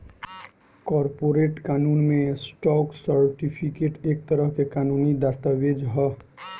corporate कानून में, stock certificate एक तरह के कानूनी दस्तावेज ह